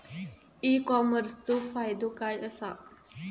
E कॉमर्सचो फायदो काय असा?